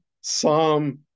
psalm